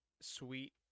Sweet